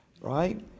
right